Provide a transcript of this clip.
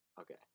Okay